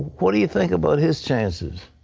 what do you think about his chances?